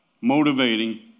motivating